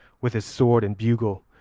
with his sword and bugle,